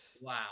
wow